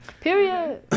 period